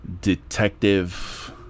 detective